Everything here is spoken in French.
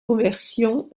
conversion